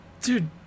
Dude